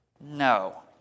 No